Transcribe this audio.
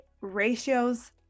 ratios